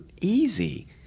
easy